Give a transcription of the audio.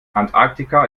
antarktika